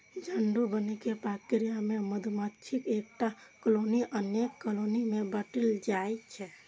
झुंड बनै के प्रक्रिया मे मधुमाछीक एकटा कॉलनी अनेक कॉलनी मे बंटि जाइ छै